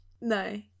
no